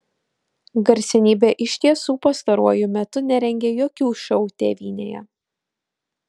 garsenybė iš tiesų pastaruoju metu nerengė jokių šou tėvynėje